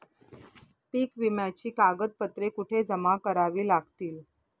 पीक विम्याची कागदपत्रे कुठे जमा करावी लागतील?